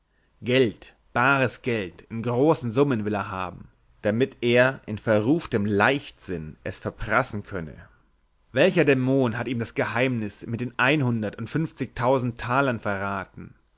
geld bares geld in großen summen will er haben damit er in verruchtem leichtsinn es verprassen könne welcher dämon hat ihm das geheimnis mit den einhundert und funfzigtausend talern verraten